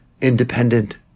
independent